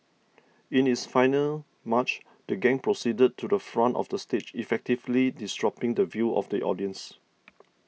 in its final march the gang proceeded to the front of the stage effectively disrupting the view of the audiences